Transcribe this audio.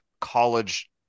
college